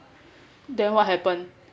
then what happened